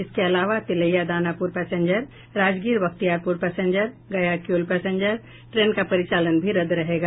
इसके अलावा Tilaiya Danapur passenger Rajgir Bakhtiyarpur passenger Gaya Kiul passenger train का परिचालन भी रद्द रहेगा